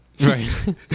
Right